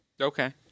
Okay